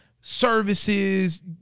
services